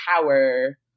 power